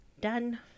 done